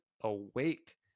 awake